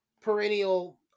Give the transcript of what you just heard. perennial